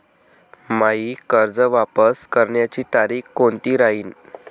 मायी कर्ज वापस करण्याची तारखी कोनती राहीन?